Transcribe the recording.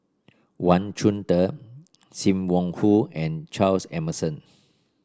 Wang Chunde Sim Wong Hoo and Charles Emmerson